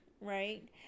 right